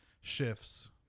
shifts